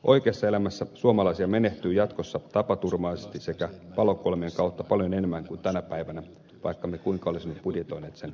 oikeassa elämässä suomalaisia menehtyy jatkossa tapaturmaisesti sekä palokuolemien kautta paljon enemmän kuin tänä päivänä vaikka me kuinka olisimme budjetoineet tämän alemmaksi